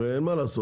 הרי אין מה לעשות,